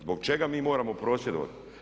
Zbog čega mi moramo prosvjedovati?